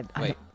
wait